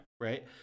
right